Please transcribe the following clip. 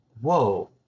whoa